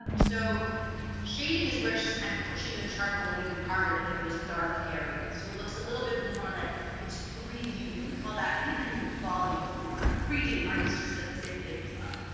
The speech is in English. so shading is where she's kind of pushing the charcoal even harder to make those dark areas so it looks a little bit more like it's three d or we call that volume and three d marcus just said the same thing as well